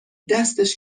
دستش